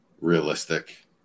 realistic